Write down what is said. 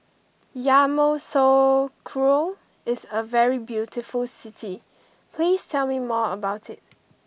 Yamoussoukro is a very beautiful city please tell me more about it